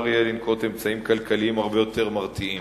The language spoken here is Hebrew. יהיה לנקוט אמצעים כלכליים הרבה יותר מרתיעים.